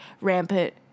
rampant